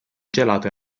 gelato